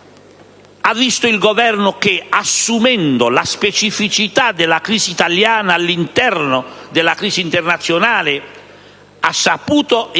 italiana: un Governo che, assumendo la specificità della crisi italiana all'interno della crisi internazionale, ha saputo